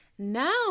Now